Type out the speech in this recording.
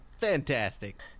Fantastic